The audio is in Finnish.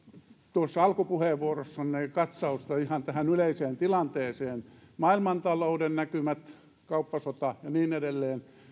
tuossa alkupuheenvuorossanne katsausta ihan tähän yleiseen tilanteeseen maailmantalouden näkymät kauppasota ja niin edelleen